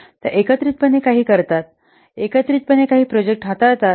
ते एकत्रितपणे काही करतात एकत्रितपणे काही प्रोजेक्ट हाताळतात